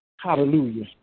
Hallelujah